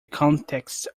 context